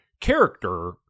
character